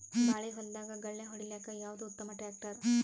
ಬಾಳಿ ಹೊಲದಾಗ ಗಳ್ಯಾ ಹೊಡಿಲಾಕ್ಕ ಯಾವದ ಉತ್ತಮ ಟ್ಯಾಕ್ಟರ್?